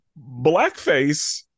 blackface